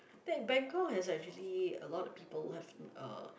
Bangkok has actually a lot of people who have uh